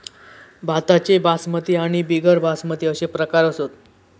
भाताचे बासमती आणि बिगर बासमती अशे प्रकार असत